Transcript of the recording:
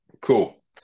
Cool